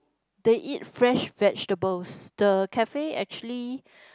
they eat fresh vegetables the cafe actually